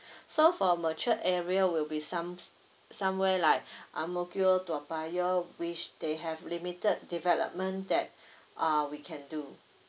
so for matured area will be some somewhere like angmokio toapayoh which they have limited development that uh we can do